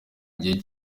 gihe